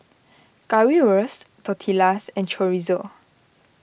Currywurst Tortillas and Chorizo